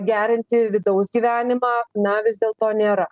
gerinti vidaus gyvenimą na vis dėlto nėra